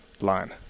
line